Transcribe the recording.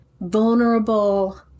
vulnerable